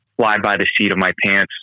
fly-by-the-seat-of-my-pants